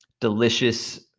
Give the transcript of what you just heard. delicious